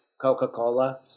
Coca-Cola